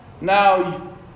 Now